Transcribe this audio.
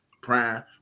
Prime